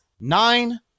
nine